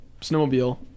snowmobile